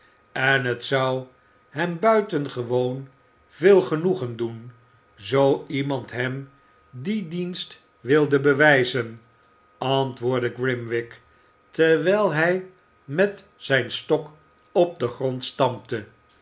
en het zou hem buitengewoon veel genoegen doen zoo iemand hem dien dienst wilde bewijzen antwoordde grimwig terwijl hij met zijn stok op den grond stampte